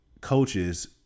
coaches